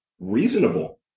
reasonable